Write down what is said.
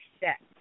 set